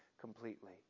completely